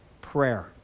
prayer